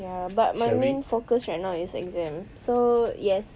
ya but my main focus right now is exam so yes